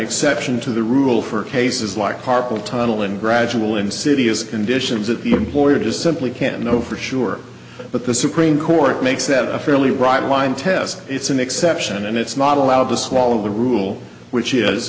exception to the rule for cases like carpal tunnel and gradual insidious conditions that the employer just simply can't know for sure but the supreme court makes that a fairly bright line test it's an exception and it's not allowed to swallow the rule which is